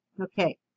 Okay